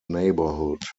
neighbourhood